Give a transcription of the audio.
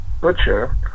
Butcher